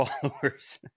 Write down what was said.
followers